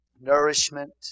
nourishment